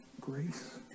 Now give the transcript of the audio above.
grace